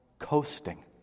coasting